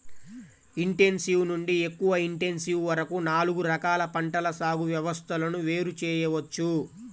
intensive నుండి ఎక్కువ intensive వరకు నాలుగు రకాల పంటల సాగు వ్యవస్థలను వేరు చేయవచ్చు